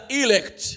elect